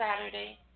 Saturday